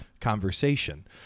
conversation